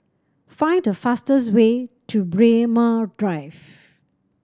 find the fastest way to Braemar Drive